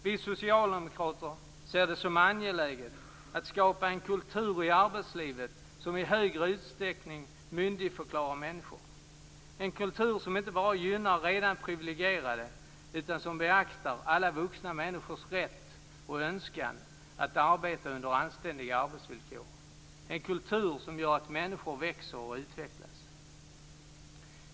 Vi socialdemokrater ser det som angeläget att skapa en kultur i arbetslivet som i större utsträckning myndigförklarar människor, en kultur som inte bara gynnar redan privilegierade utan som beaktar alla vuxna människors rätt och önskan att arbeta under anständiga arbetsvillkor, en kultur som gör att människor växer och utvecklas.